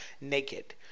naked